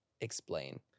Explain